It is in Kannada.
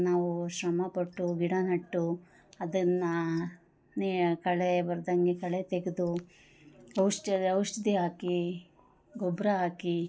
ನಾವು ಶ್ರಮ ಪಟ್ಟು ಗಿಡ ನೆಟ್ಟು ಅದನ್ನು ನೀ ಕಳೆ ಬರ್ದಂಗೆ ಕಳೆ ತೆಗೆದು ಔಷ್ಚರ್ಯ ಔಷಧಿ ಹಾಕಿ ಗೊಬ್ಬರ ಹಾಕಿ